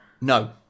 No